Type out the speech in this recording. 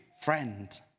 friend